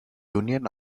union